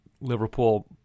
Liverpool